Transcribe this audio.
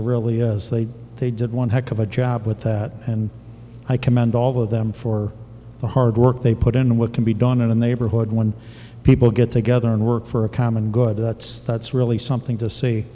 to really as they they did one heck of a job with that and i commend all of them for the hard work they put in what can be done and they were good when people get together and work for a common good that's that's really something to see